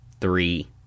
three